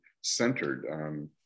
centered